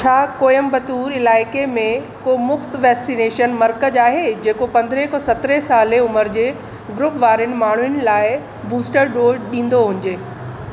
छा कोयंबतूर इलाइक़े में को मुफ़्त वैक्सीनेशन मर्कज़ आहे जेको पंद्रहं खां सत्रहं साल उमिरि जे ग्रुप वारनि माण्हुनि लाइ बूस्टर डोज़ ॾींदो हुजे